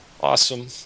Awesome